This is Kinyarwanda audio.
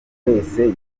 wese